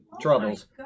troubles